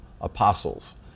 apostles